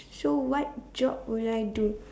so what job will I do